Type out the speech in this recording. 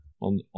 on